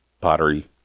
pottery